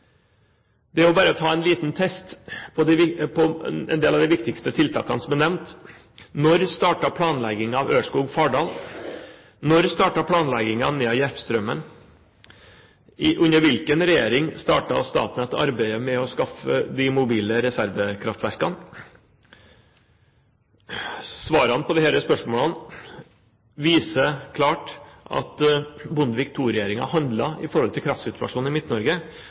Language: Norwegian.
er jo bare å ta en liten test på en del av de viktigste tiltakene som er nevnt. Når startet planleggingen av overføringslinjen Ørskog–Fardal? Når startet planleggingen av overføringsforbindelsen Nea–Järpströmmen? Under hvilken regjering startet Statnett arbeidet med å skaffe de mobile reservekraftverkene? Svarene på disse spørsmålene viser klart at Bondevik II-regjeringen handlet i forhold til kraftsituasjonen i